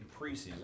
preseason